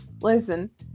listen